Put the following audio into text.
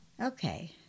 Okay